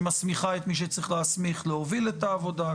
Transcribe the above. שמסמיכה את מי שצריך להסמיך להוביל את העבודה,